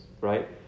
right